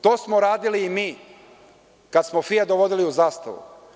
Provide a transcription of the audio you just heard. To smo radili i mi kada smo „Fijat“ dovodili u „Zastavu“